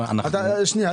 שנייה,